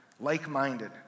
Like-minded